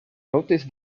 notice